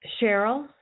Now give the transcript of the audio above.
Cheryl